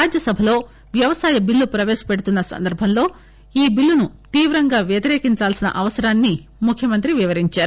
రాజ్యసభలో వ్యవసాయ బిల్లు ప్రవేశపెడుతున్న సందర్భంలో ఈ బిల్లును తీవ్రంగా వ్యతిరేకించాల్సిన అవసరాన్ని ముఖ్యమంత్రి వివరించారు